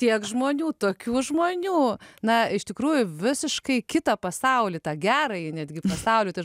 tiek žmonių tokių žmonių na iš tikrųjų visiškai kitą pasaulį tą gerąjį netgi pasaulį tai aš